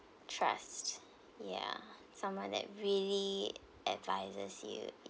trust ya someone that really advises you